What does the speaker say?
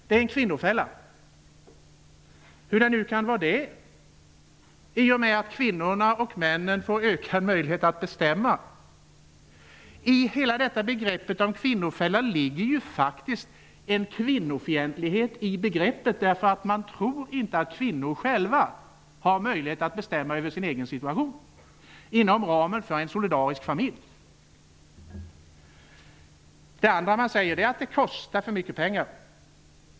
Det är en kvinnofälla -- hur det nu kan vara det i och med att kvinnorna och männen får ökade möjligheter att bestämma. I hela begreppet kvinnofälla ligger ju faktiskt en kvinnofientlighet, därför att man inte tror att kvinnor inom ramen för en solidarisk familj själva har möjlighet att bestämma över sin egen situationen. Det andra man säger är att det kostar för mycket pengar.